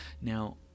now